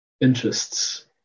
interests